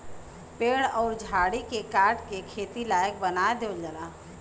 पेड़ अउर झाड़ी के काट के खेती लायक बना देवल जाला